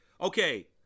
okay